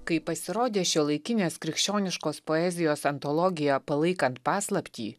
kai pasirodė šiuolaikinės krikščioniškos poezijos antologija palaikant paslaptį